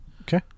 okay